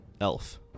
elf